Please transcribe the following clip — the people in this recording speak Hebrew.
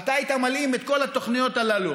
אתה היית מלאים את כל התוכניות הללו,